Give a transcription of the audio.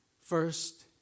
First